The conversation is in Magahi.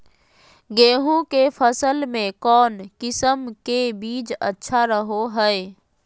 गेहूँ के फसल में कौन किसम के बीज अच्छा रहो हय?